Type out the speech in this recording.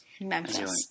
Memphis